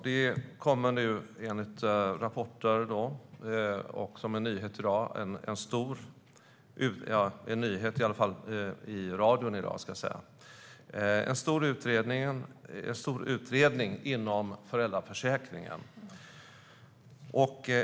Det kom en nyhet i radio i dag om en stor utredning om föräldraförsäkringen.